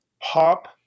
pop